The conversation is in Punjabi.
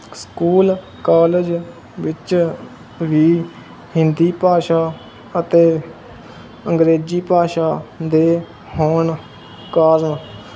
ਸਕੂਲ ਕਾਲਜ ਵਿੱਚ ਵੀ ਹਿੰਦੀ ਭਾਸ਼ਾ ਅਤੇ ਅੰਗਰੇਜ਼ੀ ਭਾਸ਼ਾ ਦੇ ਹੋਣ ਕਾਰਨ